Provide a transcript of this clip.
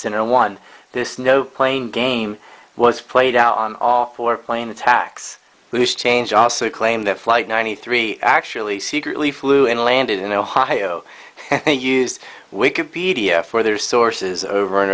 center one this no plane game was played out on all four plane attacks loose change also claim that flight ninety three actually secretly flew and landed in ohio and used wicked pedia for their sources over and